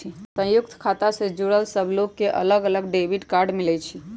संयुक्त खाता से जुड़ल सब लोग के अलग अलग डेबिट कार्ड मिलई छई